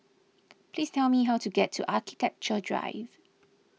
please tell me how to get to Architecture Drive